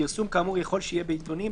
פרסום כאמור יכול שיהיה בעיתונים,